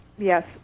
Yes